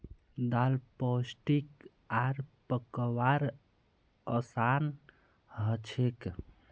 दाल पोष्टिक आर पकव्वार असान हछेक